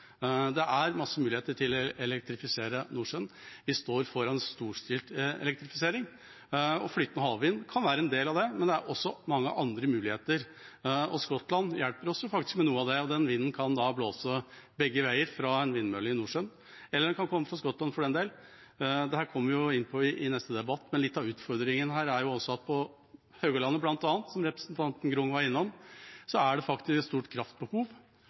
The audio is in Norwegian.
det er formålet. Det er masse muligheter til å elektrifisere Nordsjøen. Vi står foran en storstilt elektrifisering. Flytende havvind kan være en del av det, men det er også mange andre muligheter. Skottland hjelper oss faktisk med noe av det, og vinden kan da blåse begge veier fra en vindmølle i Nordsjøen, eller den kan komme fra Skottland, for den del. Dette kommer vi inn på i neste debatt, men litt av utfordringen her er at på bl.a. Haugalandet, som representanten Grung var innom, har industrien et stort kraftbehov.